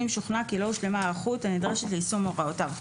אם שוכנע כי לא הושלמה ההיערכות הנדרשת ליישום הוראותיו.